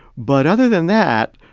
but other than that,